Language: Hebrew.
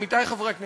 עמיתי חברי הכנסת,